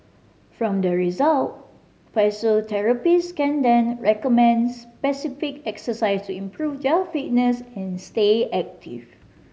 from the result physiotherapists can then recommend specific exercise to improve their fitness and stay active